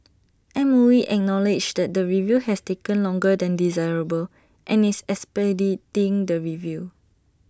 M O E acknowledges that the review has taken longer than desirable and is expediting the review